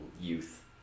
youth